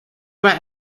were